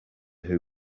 who